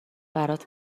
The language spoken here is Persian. برات